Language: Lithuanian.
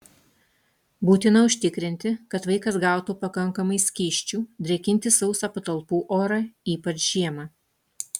būtina užtikrinti kad vaikas gautų pakankamai skysčių drėkinti sausą patalpų orą ypač žiemą